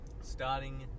starting